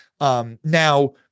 Now